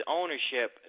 ownership